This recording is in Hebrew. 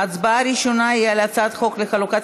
ההצבעה הראשונה היא על הצעת חוק לחלוקת